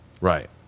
Right